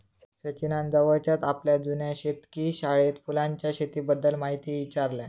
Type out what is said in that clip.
सचिनान जवळच्याच आपल्या जुन्या शेतकी शाळेत फुलांच्या शेतीबद्दल म्हायती ईचारल्यान